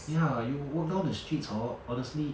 ya you walk down the streets hor honestly